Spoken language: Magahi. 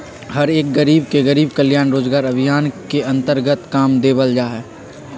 हर एक गरीब के गरीब कल्याण रोजगार अभियान के अन्तर्गत काम देवल जा हई